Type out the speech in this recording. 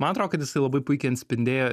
man atrodo kad jisai labai puikiai atspindėjo